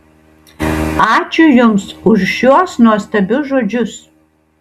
ačiū jums už šiuos nuostabius žodžius